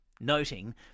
noting